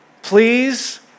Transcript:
Please